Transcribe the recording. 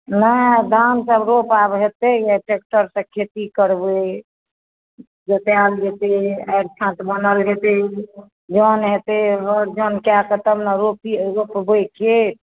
नहि धानसभ रोपा आब हेतै ट्रेक्टरसँ खेती करबै जोतायल जेतै आरि खाँच बनायल जेतै दाउन हेतै हर जन कए कऽ तब ने रोपी हेतै रोपबै खेत